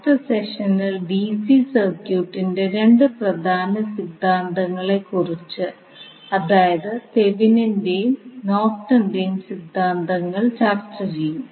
അടുത്ത സെഷനിൽ ഡിസി സർക്യൂട്ടിന്റെ രണ്ട് പ്രധാന സിദ്ധാന്തങ്ങളെക്കുറിച്ച് അതായത് തെവെനിന്റെയും thevinin's നോർട്ടന്റെയും സിദ്ധാന്തങ്ങൾ ചർച്ചചെയ്യും